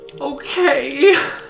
Okay